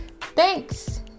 Thanks